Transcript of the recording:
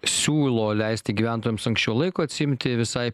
siūlo leisti gyventojams anksčiau laiko atsiimti visai